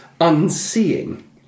unseeing